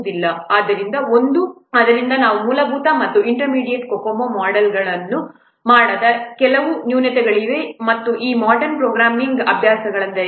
ಆದ್ದರಿಂದ ಒಂದು ಆದ್ದರಿಂದ ಇವು ಮೂಲಭೂತ ಮತ್ತು ಇಂಟರ್ಮೀಡಿಯೇಟ್ COCOMO ಮೊಡೆಲ್ಗಳು ಮಾಡದ ಕೆಲವು ನ್ಯೂನತೆಗಳಾಗಿವೆ ಈ ಮೊಡರ್ನ್ ಪ್ರೋಗ್ರಾಮಿಂಗ್ ಅಭ್ಯಾಸಗಳನ್ನು ಏನು